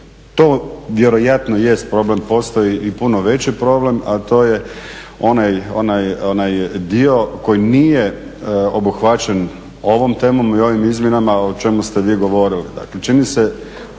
To vjerojatno jest problem, postoji i puno veći problem, a to je onaj dio koji nije obuhvaćen ovom temom i ovim izmjenama o čemu ste vi govorili. Dakle,